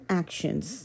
actions